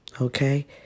Okay